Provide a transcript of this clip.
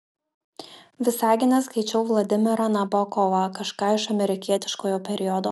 visagine skaičiau vladimirą nabokovą kažką iš amerikietiškojo periodo